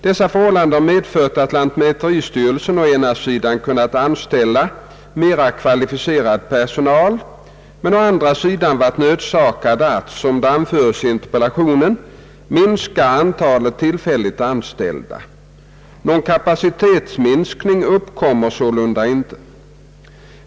Dessa förhållanden har medfört att lantmäteristyrelsen å ena sidan kunnat anställa mera kvalificerad personal men å andra sidan varit nödsakad att — som anförts i interpellationen — minska antalet tillfälligt anställda. Någon kapacitetsminskning uppkommer sålunda ej.